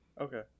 Okay